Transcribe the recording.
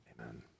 amen